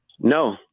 No